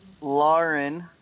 Lauren